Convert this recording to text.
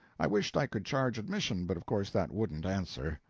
i wished i could charge admission, but of course that wouldn't answer.